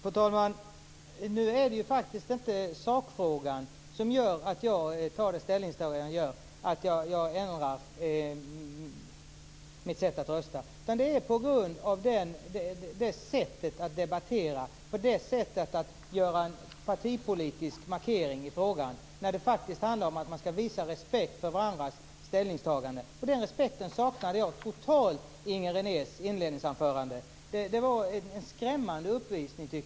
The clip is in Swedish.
Fru talman! Det är faktiskt inte sakfrågan som gör att jag tar ställning så som jag gör och alltså ändrar mitt sätt att rösta. I stället beror det på sättet att debattera, på sättet att göra en partipolitisk markering i frågan. Det handlar ju om att visa respekt för varandras ställningstaganden. Men den respekten tycker jag totalt saknades i Inger Renés inledningsanförande, som jag anser var en skrämmande uppvisning.